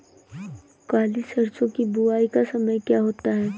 काली सरसो की बुवाई का समय क्या होता है?